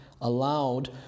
allowed